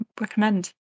recommend